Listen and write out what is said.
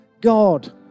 God